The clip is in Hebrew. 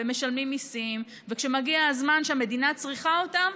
ומשלמים מיסים וכאשר מגיע הזמן כשהמדינה צריכה אותם,